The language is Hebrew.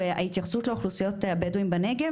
וההתייחסות לאוכלוסיות הבדואים בנגב.